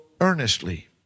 earnestly